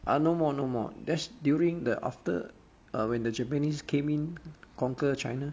uh no more no more that's during the after uh when the japanese came in conquer china